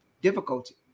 difficulty